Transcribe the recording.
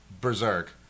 Berserk